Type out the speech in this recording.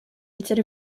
instead